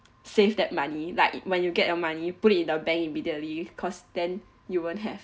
save that money like when you get your money put it in the bank immediately cause then you wouldn't have